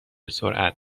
سرعت